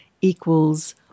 equals